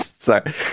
sorry